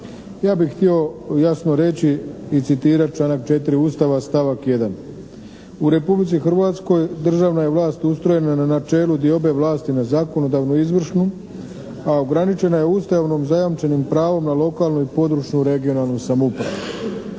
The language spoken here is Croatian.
Ja bih htio jasno reći i citirati članak 4. Ustava, stavak 1. U Republici Hrvatskoj državna je vlast ustrojena na načelu diobe vlasti na zakonodavnu i izvršnu a ograničena je Ustavom zajamčenim pravom na lokalnu i područnu /regionalnu/ samoupravu.